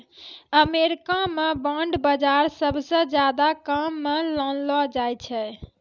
अमरीका म बांड बाजार सबसअ ज्यादा काम म लानलो जाय छै